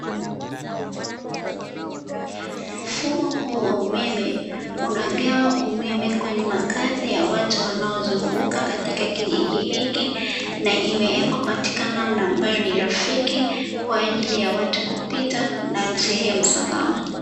Mfumo huu wa umeme unagawa umeme kwenye makazi ya watu wanaozunguka katika kijiji hiki, na imewekwa katika namna ambayo ni rafiki kwa ajili ya watu kupita na ni sehemu salama.